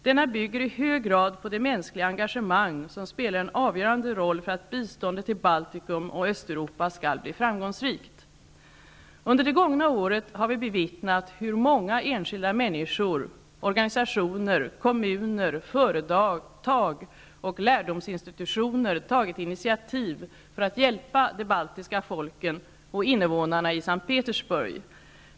Denna bygger i hög grad på det mänskliga engagemang som spelar en avgörande roll för att biståndet till Baltikum och Östeuropa skall bli framgångsrikt. Under det gångna året har vi bevittnat hur många enskilda människor, organisationer, kommuner, företag och lärdomsinstitutioner tagit initiativ för att hjälpa de baltiska folken och innevånarna i S:t Petersburg.